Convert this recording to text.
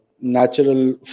natural